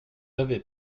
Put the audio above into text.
avez